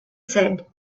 said